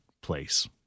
place